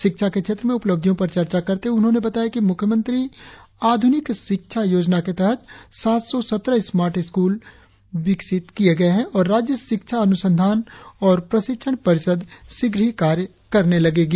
शिक्षा के क्षेत्र में उपलब्धियों पर चर्चा करते हुए उन्होंने बताया कि मुख्यमंत्री आधुनिकता शिक्षा योजना के तहत सात सौ सत्रह स्मार्ट स्क्रल विकसित किए गए है और राज्य शिक्षा अनुसंधान और प्रशिक्षण परिषद शीघ्र ही कार्य करने लगेगी